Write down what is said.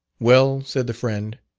well, said the friend,